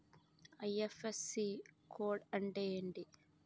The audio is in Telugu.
ఐ.ఫ్.ఎస్.సి కోడ్ అంటే ఏంటి?